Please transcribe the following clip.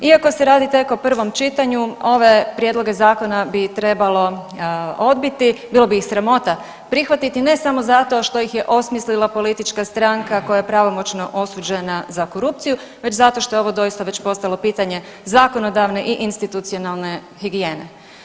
Iako se radi tek o prvom čitanju ove prijedloge zakona bi trebalo odbiti, bilo bi ih sramota prihvatiti, ne samo zato što ih je osmislila politička stranka koja je pravomoćno osuđena za korupciju već zato što je ovo doista već postalo pitanje zakonodavne i institucionalne higijene.